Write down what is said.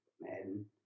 Madden